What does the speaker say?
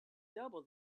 double